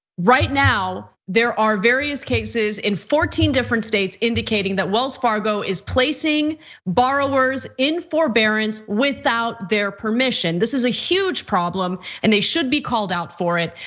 right now there are various cases in fourteen different states indicating that wells fargo is placing borrowers in forbearance without their permission. this is a huge problem and they should be called out for it.